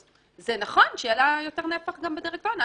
אז זה נכון שיהיה לה יותר נפח גם בדירקטוריון.